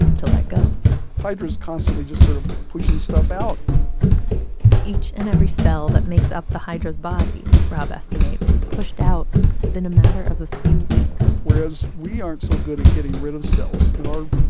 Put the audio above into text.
to let go hydra's constantly just sort of pushing stuff out each and every cell that makes up the hydra's body, rob estimates, is pushed out within a matter of a few weeks whereas we aren't so good at getting rid of cells. you know,